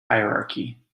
hierarchy